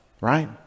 Right